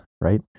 right